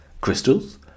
crystals